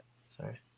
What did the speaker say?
sorry